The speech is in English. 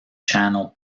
channel